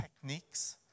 techniques